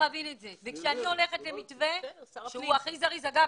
כשאני הולכת למתווה שהוא הכי זריז אגב,